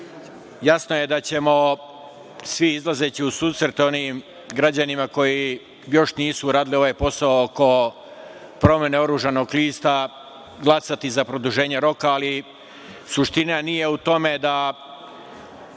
jasno je da ćemo svi izlazeći u susret onim građanima koji još nisu uradili ovaj posao oko promene oružanog lista glasati za produženje roka, ali suština nije u tome da